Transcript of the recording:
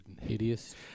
hideous